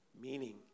Meaning